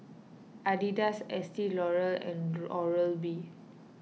Adidas Estee Lauder and Oral B